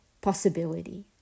possibility